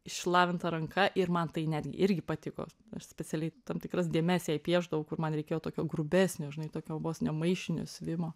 išlavinta ranka ir man tai netgi irgi patiko aš specialiai tam tikras dėmes jai piešdavau kur man reikėjo tokio grubesnio žinai tokio vos ne maišinio siuvimo